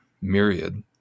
myriad